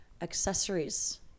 accessories